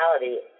reality